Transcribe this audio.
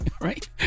right